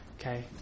Okay